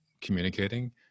communicating